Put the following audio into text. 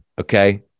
Okay